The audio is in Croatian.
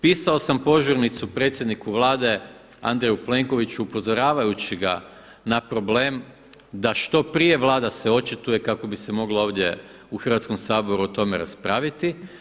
Pisao sam požurnicu predsjedniku Vlade Andreju Plenkoviću upozoravajući ga na problem da što prije Vlada se očituje kako bi se moglo ovdje u Hrvatskom saboru o tome raspraviti.